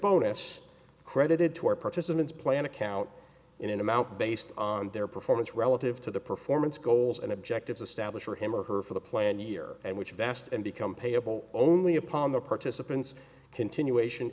bonus credited to our participants plan account in an amount based on their performance relative to the performance goals and objectives established for him or her for the plan year and which vast and become payable only upon the participants continuation